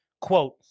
quote